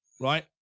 Right